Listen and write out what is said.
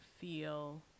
feel